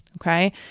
Okay